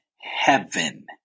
heaven